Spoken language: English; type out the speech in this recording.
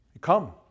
Come